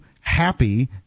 happy